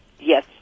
Yes